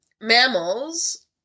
mammals